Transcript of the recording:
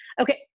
Okay